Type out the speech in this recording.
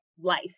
life